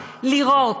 בבקשה.